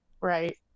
Right